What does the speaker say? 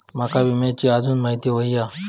माका विम्याची आजून माहिती व्हयी हा?